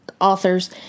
authors